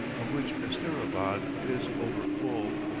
of which asterabad is over-full.